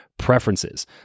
Preferences